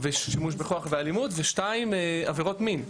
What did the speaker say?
שימוש בכוח ואלימות, ושתיים זה עבירות מין.